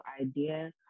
idea